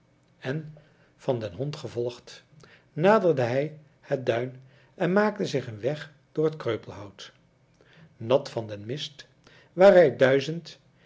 en van den hond gevolgd naderde hij het duin en maakte zich een weg door het kreupelhout nat van den mist waaruit duizend